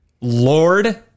Lord